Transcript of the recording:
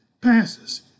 passes